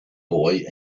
boy